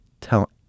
tell